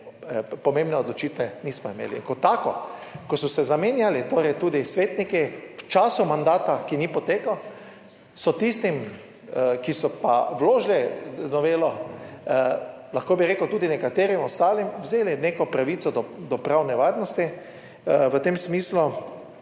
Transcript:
pomembne odločitve nismo imeli. Kot tako, ko so se zamenjali torej tudi svetniki v času mandata, ki ni potekel, so tistim, ki so pa vložili novelo, lahko bi rekel, tudi nekaterim ostalim vzeli neko pravico do pravne varnosti, v tem smislu,